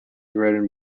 written